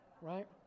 Right